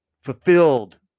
fulfilled